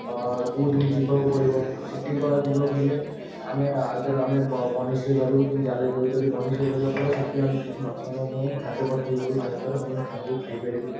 କେଉଁଠିକି ଯିବାକୁ ପଡ଼ିବ ସେଠିକି ଯିବାକୁ ହେଲେ ଆମେ ଆଇଦର ଆମେ ବନିସୀରେ ଧରିବୁ କି ଜାଲରେ ଧରିବୁ ଯଦି ବନିସୀରେ ଧରିବାକୁ ପଡ଼ିବ ସେଥିପାଇଁ ଆମକୁ ମାଛ ନେବା ପାଇଁ ଖାଦ୍ୟ ପସ୍ତୁତ କରିବୁ ଯାହାଦ୍ୱାରା ସେମାନେ ଖାଦ୍ୟକୁ ଖାଇପାରିବେ